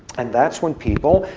and that's when people,